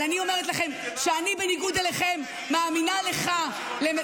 אבל אני אומרת לכם שאני בניגוד אליכם מאמינה לך,